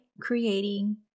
creating